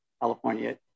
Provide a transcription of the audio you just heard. California